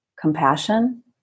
compassion